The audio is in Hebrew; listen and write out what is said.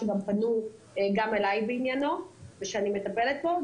שפנו גם אליי בעניינו ושאני מטפלת בו.